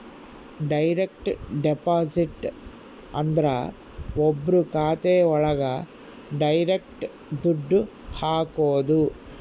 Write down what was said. direct deposit ಅಂದ್ರ ಒಬ್ರು ಖಾತೆ ಒಳಗ ಡೈರೆಕ್ಟ್ ದುಡ್ಡು ಹಾಕೋದು